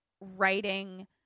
writing